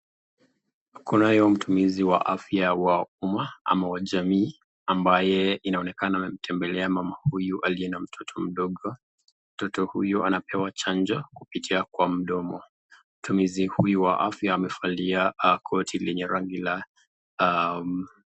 Kunayo mtumizi wa afya ya umma ama wa jamii ambaye inaonekana ametembelea mama huyu aliye na mtoto mdogo, mtoto huyo anapewa chanjo kupitia kwa mdomo mtumizi huyu wa afya amevalia koti lenye rangi la